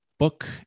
Book